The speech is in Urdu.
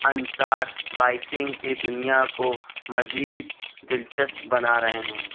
انصار بائکنگ کی دنیا کو مزید دلچسپ بنا رہے ہیں